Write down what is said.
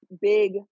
big